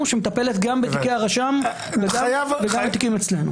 שמטפלת גם בתיקי הרשם וגם בתיקים אצלנו.